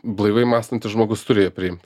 blaivai mąstantis žmogus turi ją priimt